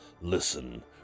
listen